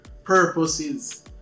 purposes